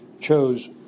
chose